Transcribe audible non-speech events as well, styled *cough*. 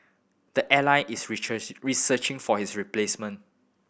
the airline is *unintelligible* researching for his replacement